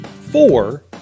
four